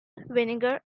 vinegar